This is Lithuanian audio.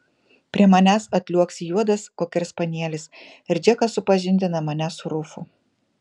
prie manęs atliuoksi juodas kokerspanielis ir džekas supažindina mane su rufu